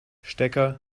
stecker